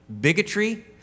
bigotry